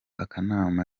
akanama